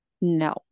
No